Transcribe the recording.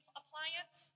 appliance